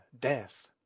death